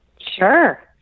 Sure